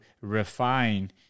refine